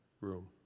room